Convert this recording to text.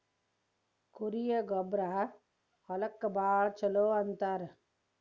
ಕುರಿಯ ಗೊಬ್ಬರಾ ಹೊಲಕ್ಕ ಭಾಳ ಚುಲೊ ಅಂತಾರ